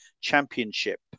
Championship